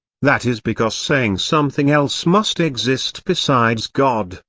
that is because saying something else must exist besides god,